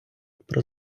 про